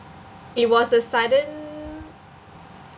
it was a sudden